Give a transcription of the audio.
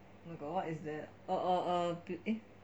oh my god what is there err err err beauty